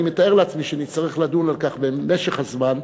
אני מתאר לעצמי שנצטרך לדון על כך במשך הזמן.